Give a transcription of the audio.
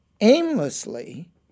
aimlessly